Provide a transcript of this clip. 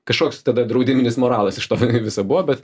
kažkoks tada draudiminis moralas iš to visa buvo bet